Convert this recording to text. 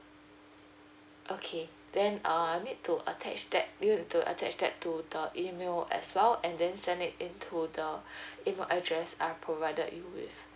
okay then um you need to attach that you need to attach that to the email as well and then send it to the email address I've provided you with